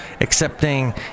Accepting